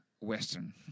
Western